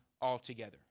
altogether